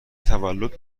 تولد